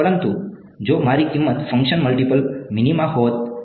પરંતુ જો મારી કિંમત ફંકશન મલ્ટીપલ મિનિમા હોત